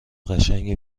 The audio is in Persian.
قشنگ